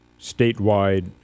statewide